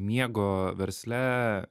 miego versle